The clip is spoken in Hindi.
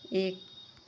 एक